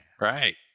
Right